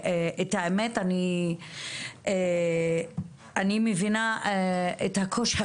והאמת היא שאני מבינה את הקושי.